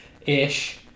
ish